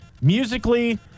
musically